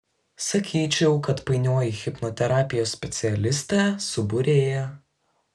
sakyčiau kad painioji hipnoterapijos specialistę su būrėja